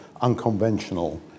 unconventional